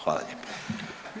Hvala lijepa.